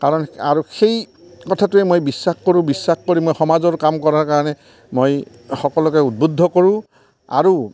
কাৰণ আৰু সেই কথাটোৱেই মই বিশ্বাস কৰোঁ বিশ্বাস কৰি মই সমাজৰ কাম কৰাৰ কাৰণে মই সকলোকে উদ্বোদ্ধ কৰোঁ আৰু